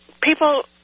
people